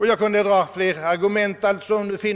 Jag kunde anföra flera argument.